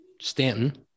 Stanton